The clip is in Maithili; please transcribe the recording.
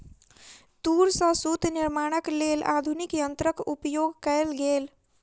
तूर सॅ सूत निर्माणक लेल आधुनिक यंत्रक निर्माण कयल गेल